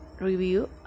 review